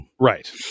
Right